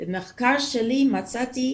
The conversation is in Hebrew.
במחקר שלי מצאתי